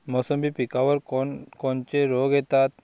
मोसंबी पिकावर कोन कोनचे रोग येतात?